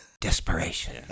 desperation